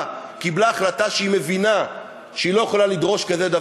קיבלה החלטה שהיא מבינה שהיא לא יכולה לדרוש דבר כזה,